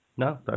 No